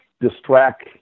distract